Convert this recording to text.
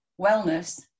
wellness